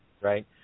right